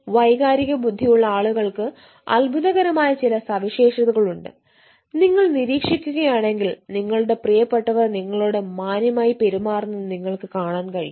വൈകാരിക ബുദ്ധിയുള്ള ആളുകൾക്ക് അത്ഭുതകരമായ ചില സവിശേഷതകൾ ഉണ്ട് നിങ്ങൾ നിരീക്ഷിക്കുകയാണെങ്കിൽ നിങ്ങളുടെ പ്രിയപ്പെട്ടവർ നിങ്ങളോട് മാന്യമായി പെരുമാറുന്നത് നിങ്ങൾക്ക് കാണാൻ കഴിയും